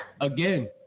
again